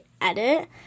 edit